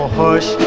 hush